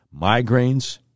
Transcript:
migraines